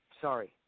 sorry